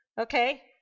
Okay